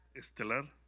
estelar